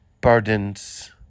burdens